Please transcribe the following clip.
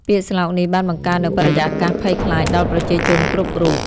ពាក្យស្លោកនេះបានបង្កើតនូវបរិយាកាសភ័យខ្លាចដល់ប្រជាជនគ្រប់រូប។